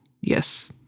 Yes